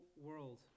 world